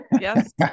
Yes